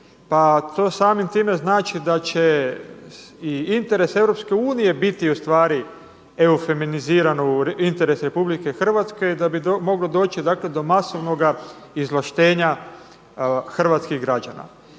pa to samim time znači da će i interes EU biti EU feminizirano u interes RH da bi moglo doći do masovnoga izvlaštenja hrvatskih građana.